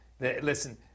listen